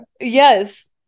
Yes